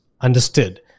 understood